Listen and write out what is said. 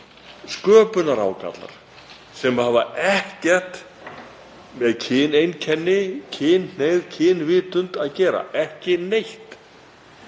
sköpunarágallar sem hafa ekkert með kyneinkenni, kynhneigð eða kynvitund að gera, ekki neitt.